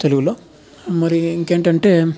తెలుగులో మరి ఇంకేంటంటే